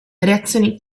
reazioni